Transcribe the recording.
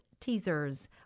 Teaser's